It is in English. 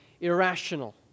irrational